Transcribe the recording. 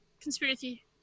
conspiracy